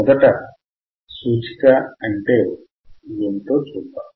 మొదట సూచిక అంటే ఏమిటో చూద్దాం